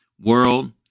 world